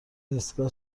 ایستگاه